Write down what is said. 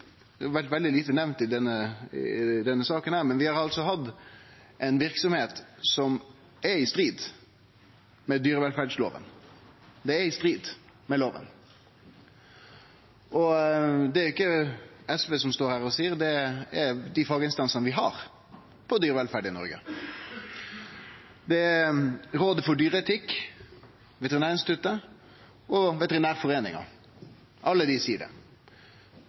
dette har vore veldig lite nemnt i denne saka: Vi har altså hatt ei verksemd som er i strid med dyrevelferdsloven. Ho er i strid med loven. Det er ikkje SV som står her og seier det; det er dei faginstansane vi har innan dyrevelferd i Noreg. Det er Rådet for dyreetikk, Veterinærinstituttet og Veterinærforeningen. Alle dei